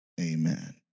Amen